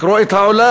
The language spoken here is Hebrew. לקרוא את העולם.